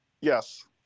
Yes